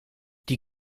die